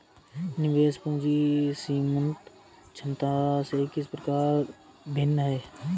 निवेश पूंजी सीमांत क्षमता से किस प्रकार भिन्न है?